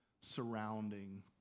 surrounding